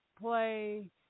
play